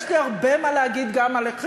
ויש לי הרבה מה להגיד גם עליכם,